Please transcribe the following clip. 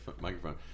microphone